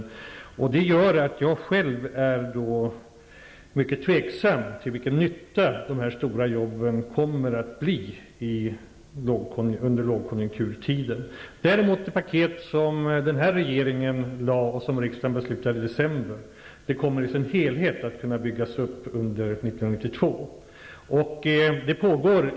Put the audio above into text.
Detta medför att jag själv är mycket tveksam till vilken nytta de här stora jobben kommer att vara under lågkonjunkturtiden. Däremot det paket som den här regeringen lade fram och som riksdagen fattade beslut om i december kommer i sin helhet att kunna byggas upp under 1992.